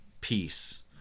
Peace